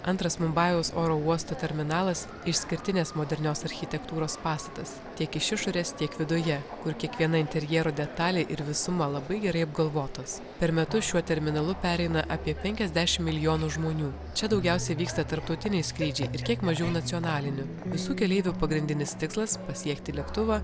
antras mumbajaus oro uosto terminalas išskirtinės modernios architektūros pastatas tiek iš išorės tiek viduje kur kiekviena interjero detalė ir visuma labai gerai apgalvotos per metus šiuo terminalu pereina apie penkiasdešim milijonų žmonių čia daugiausiai vyksta tarptautiniai skrydžiai ir kiek mažiau nacionalinių visų keleivių pagrindinis tikslas pasiekti lėktuvą